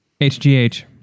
HGH